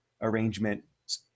arrangement